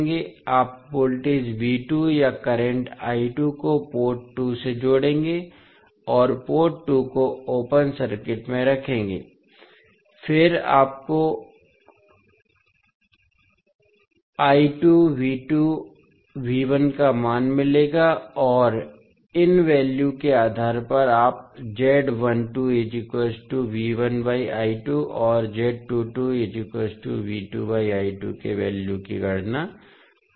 आप वोल्टेज या करंट को पोर्ट 2 से जोड़ेंगे और पोर्ट 2 को ओपन सर्किट में रखेंगे फिर आपको का मान मिलेगा और इन वैल्यू के आधार पर आप और के वैल्यू की गणना कर सकते हैं